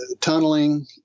tunneling